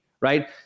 right